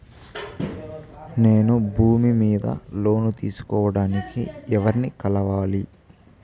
నేను భూమి మీద లోను తీసుకోడానికి ఎవర్ని కలవాలి?